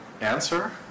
answer